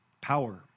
power